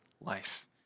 life